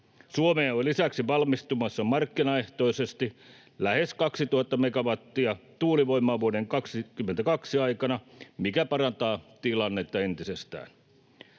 Suomeen on lisäksi valmistumassa markkinaehtoisesti lähes 2 000 megawattia tuulivoimaa vuoden 22 aikana, mikä parantaa tilannetta entisestään.